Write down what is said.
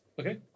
Okay